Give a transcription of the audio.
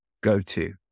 go-to